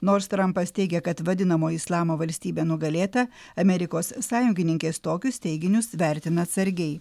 nors trampas teigia kad vadinamoji islamo valstybė nugalėta amerikos sąjungininkės tokius teiginius vertina atsargiai